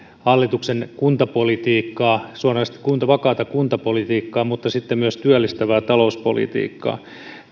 hallituksen kuntapolitiikkaa suoranaisesti vakaata kuntapolitiikkaa mutta sitten myös työllistävää talouspolitiikkaa